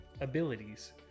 abilities